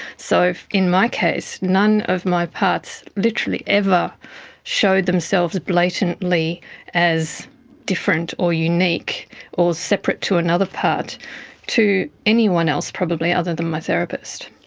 so in my case, none of my parts literally ever showed themselves blatantly as different or unique or separate to another part to anyone else probably, other than my therapist.